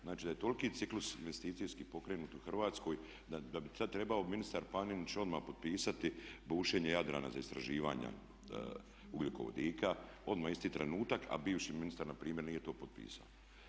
Znači da je toliki ciklus investicijski pokrenut u Hrvatskoj da bi sada trebao ministar Panenić odmah potpisati bušenje Jadrana za istraživanja ugljikovodika, odmah isti trenutak, a bivši ministar npr. nije to potpisao.